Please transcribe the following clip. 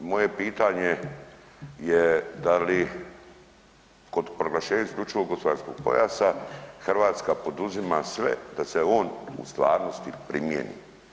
Moje pitanje je da li kod proglašenja isključivog gospodarskog pojasa Hrvatska poduzima sve da se on u stvarnosti primijeni?